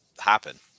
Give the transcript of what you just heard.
happen